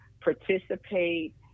participate